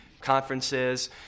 conferences